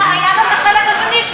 היה גם החלק השני,